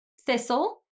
thistle